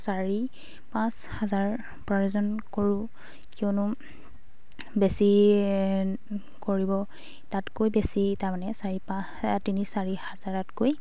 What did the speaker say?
চাৰি পাঁচ হাজাৰ উপাৰ্জন কৰোঁ কিয়নো বেছি কৰিব তাতকৈ বেছি তাৰমানে চাৰি পাঁচ তিনি চাৰি হাজাৰতকৈ